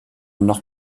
noch